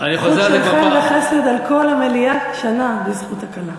חן וחסד על כל המליאה שנה בזכות הכלה.